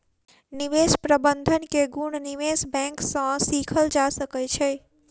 निवेश प्रबंधन के गुण निवेश बैंक सॅ सीखल जा सकै छै